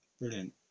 brilliant